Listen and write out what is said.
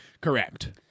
Correct